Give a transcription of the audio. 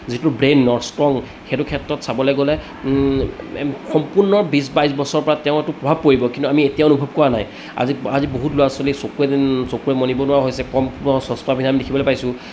যিটো ব্ৰেইন নৰ ষ্ট্ৰং সেইটো ক্ষেত্ৰত চাবলে গ'লে সম্পূৰ্ণ বিছ বাইছ বছৰৰ পৰা তেওঁৰতো প্ৰভাৱ পৰিব কিন্তু আমি এতিয়া অনুভৱ কৰা নাই আজি আজি বহুত ল'ৰা ছোৱালী চকুৱে চকুৱে মণিব নোৱাৰা হৈছে কম চছ্মা পিন্ধা আমি দেখিবলৈ পাইছোঁ